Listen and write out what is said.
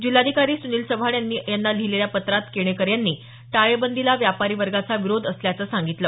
जिल्हाधिकारी सुनील चव्हाण यांना लिहिलेल्या पत्रात केणेकर यांनी टाळेबंदीला व्यापारी वर्गाचा विरोध असल्याचं सांगितलं